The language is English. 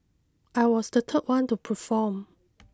I was the third one to perform